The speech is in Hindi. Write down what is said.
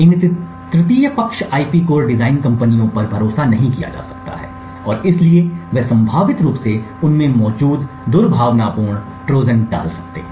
इन तृतीय पक्ष आईपी कोर डिजाइन कंपनियों पर भरोसा नहीं किया जा सकता है और इसलिए वे संभावित रूप से उनमें मौजूद दुर्भावनापूर्ण ट्रोजन डाल सकते हैं